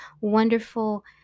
wonderful